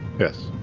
yes.